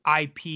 IP